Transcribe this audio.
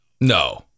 No